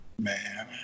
Man